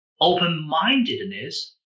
open-mindedness